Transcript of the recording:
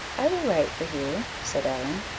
i will write for you, said ellen.